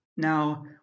Now